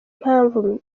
mpamvu